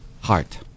heart